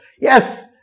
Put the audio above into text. Yes